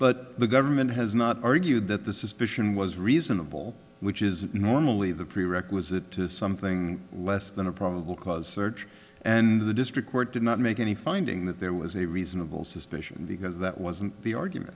but the government has not argued that the suspicion was reasonable which is normally the prerequisite to something less than a probable cause search and the district court did not make any finding that there was a reasonable suspicion because that wasn't the argument